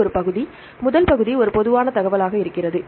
இது ஒரு பகுதி முதல் பகுதி ஒரு பொதுவான தகவலாக இருக்கிறது